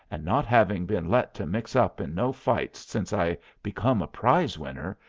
and not having been let to mix up in no fights since i become a prize-winner,